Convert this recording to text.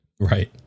Right